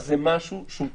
זה משהו שהוא דפוס,